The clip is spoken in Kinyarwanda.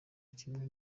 kimwe